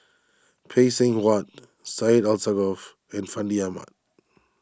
Phay Seng Whatt Syed Alsagoff and Fandi Ahmad